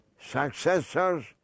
successors